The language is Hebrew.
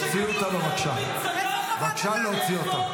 חברת הכנסת נעמה לזימי, בבקשה לצאת.